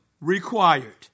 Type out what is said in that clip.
required